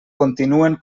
continuen